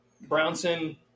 Brownson